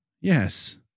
Yes